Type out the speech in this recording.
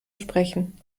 sprechen